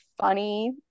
funny